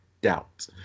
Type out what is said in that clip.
doubt